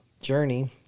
journey